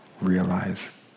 realize